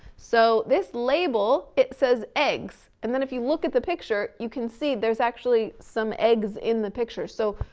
so this label, it says eggs. and then if you look at the picture, you can see there's actually some eggs in the picture. so,